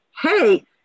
hey